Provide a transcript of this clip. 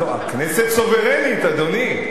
הכנסת סוברנית, אדוני.